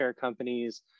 companies